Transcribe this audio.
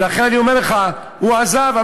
ולכן, אני אומר לך, הוא עזב.